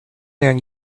man